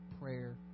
prayer